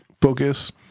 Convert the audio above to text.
focus